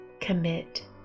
commit